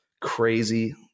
crazy